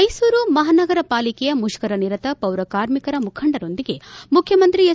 ಮೈಸೂರು ಮಹಾನಗರ ಪಾಲಿಕೆಯ ಮುಷ್ತರ ನಿರತ ಪೌರ ಕಾರ್ಮಿಕರ ಮುಖಂಡರೊಂದಿಗೆ ಮುಖ್ಯಮಂತ್ರಿ ಹೆಚ್